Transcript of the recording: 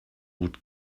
gut